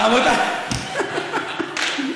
רבותי,